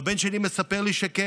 והבן שלי מספר לי שכן.